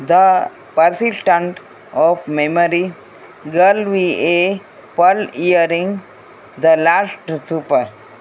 the persistent of memory girl with a pearl earring the last supper